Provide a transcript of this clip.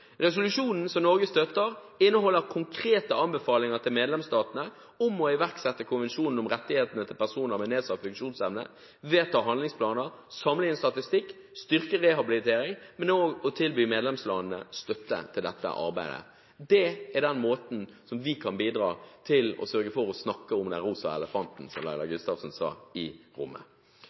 Resolusjonen som Norge støtter, inneholder konkrete anbefalinger til medlemsstatene om å iverksette konvensjonen om rettighetene til personer med nedsatt funksjonsevne, vedta handlingsplaner, samle inn statistikk, styrke rehabilitering, men også å tilby medlemslandene støtte til dette arbeidet. Det er på den måten vi kan bidra til å sørge for å snakke om den rosa elefanten i rommet, som Laila Gustavsen nevnte. For å bidra til en samlet innsats i